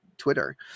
Twitter